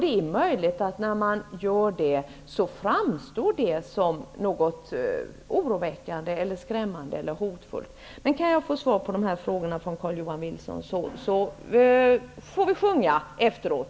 Det är möjligt att det framstår som något oroväckande, skrämmande eller hotfullt när man gör det. Kan jag få svar på de här frågorna från Carl-Johan Wilson, så får vi sjunga efteråt.